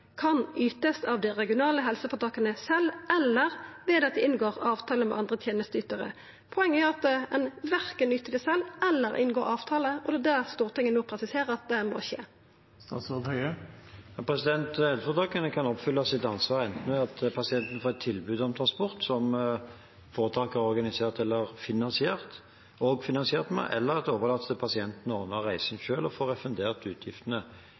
ytes av de regionale helseforetakene selv, eller ved at de inngår avtale med andre tjenesteytere.» Poenget er at ein verken yter det sjølv eller inngår avtale, og det er det Stortinget no presiserer må skje. Helseforetakene kan oppfylle sitt ansvar enten ved at pasienten får et tilbud om transport som foretaket har organisert og finansiert, eller at det overlates til pasientene å ordne reisen selv og få refundert utgiftene